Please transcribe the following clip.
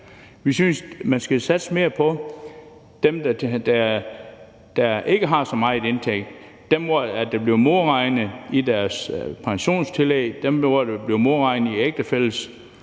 Vi synes, man skal satse mere på dem, der ikke har så stor en indtægt – dem, hvor der bliver modregnet i deres pensionstillæg, dem, hvor der bliver modregnet i deres ægtefælles